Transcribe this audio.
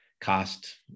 cost